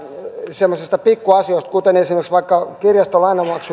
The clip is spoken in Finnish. semmoisista pikkuasioista kuten esimerkiksi kirjaston